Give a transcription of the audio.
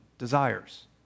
desires